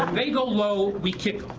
they go low, we kick